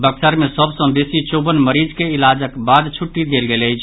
बक्सर मे सभ सँ बेसी चौवन मरीज के इलाजक बाद छुट्टी देल गेल अछि